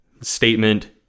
statement